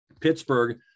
Pittsburgh